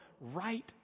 right